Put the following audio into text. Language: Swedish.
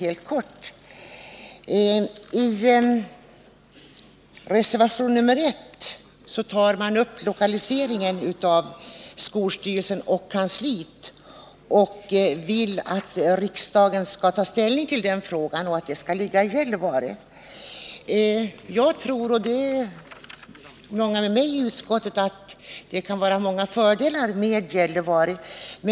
I reservation nr 1 tar man upp lokaliseringen av sameskolstyrelsen och dess kansli. Man vill att riksdagen skall ta ställning till den frågan och besluta att lokaliseringen skall ske till Gällivare. Jag och många med mig i utskottet tror att det kan finnas många fördelar med en lokalisering till Gällivare.